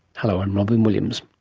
hello, i'm robyn williams.